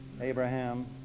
Abraham